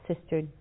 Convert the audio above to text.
Sister